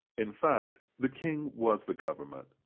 in fact, the king was the government,